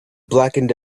blackened